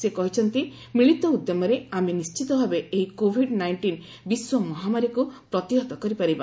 ସେ କହିଛନ୍ତି ମିଳିତ ଉଦ୍ୟମରେ ଆମେ ନିଶ୍ଚିତ ଭାବେ ଏହି କୋଭିଡ୍ ନାଇଷ୍ଟିନ୍ ବିଶ୍ୱ ମହାମାରୀକୁ ପ୍ରତିହତ କରିପାରିବା